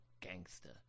gangster